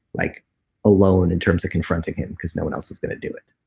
like alone in terms of confronting him because no one else was going to do it.